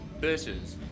bitches